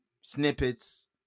snippets